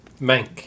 Mank